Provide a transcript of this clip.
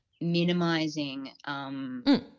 minimizing